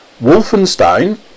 Wolfenstein